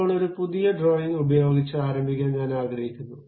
ഇപ്പോൾ ഒരു പുതിയ ഡ്രോയിംഗ് ഉപയോഗിച്ച് ആരംഭിക്കാൻ ഞാൻ ആഗ്രഹിക്കുന്നു